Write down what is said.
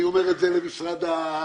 אני אומר את זה למשרד העבודה,